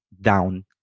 down